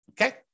okay